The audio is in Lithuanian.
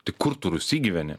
tik kur tu rusy gyveni